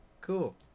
Cool